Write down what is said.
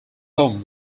home